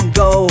go